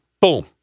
Boom